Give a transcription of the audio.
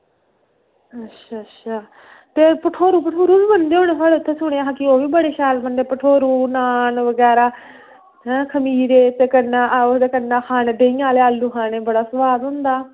अच्छा अच्छा ते भठोरू बी बनदे थुआढ़े इत्थें सुनेआ हा पठोरू बी बड़े शैल बनदे थुआढ़े इत्थें पठोरू नॉन बगैरा ते खमीरे ते कन्नै देहीं आह्ले आलू खानै बड़ा सोआद होंदा